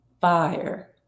fire